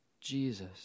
Jesus